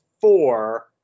four